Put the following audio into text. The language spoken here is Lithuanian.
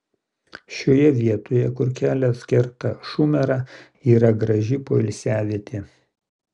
šioje vietoje kur kelias kerta šumerą yra graži poilsiavietė